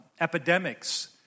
epidemics